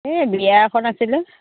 এই বিয়া এখন আছিলে